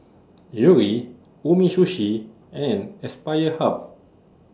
Yuri Umisushi and Aspire Hub